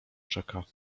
czeka